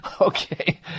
Okay